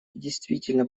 действительно